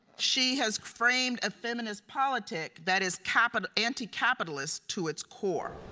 she has framed a feminist politic that is copied anti-capitalist to its core.